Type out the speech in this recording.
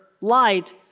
light